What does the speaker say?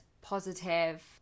positive